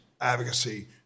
advocacy